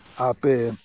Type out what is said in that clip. ᱟᱯᱮ